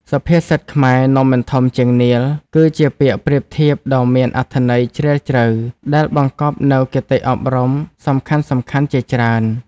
សុភាសិតខ្មែរ នំមិនធំជាងនាឡិ គឺជាពាក្យប្រៀបធៀបដ៏មានអត្ថន័យជ្រាលជ្រៅ ដែលបង្កប់នូវគតិអប់រំសំខាន់ៗជាច្រើន ។